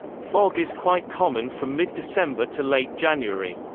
fog is quite common from mid-december to late january.